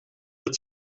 het